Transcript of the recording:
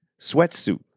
Sweatsuit